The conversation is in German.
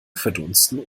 verdunsten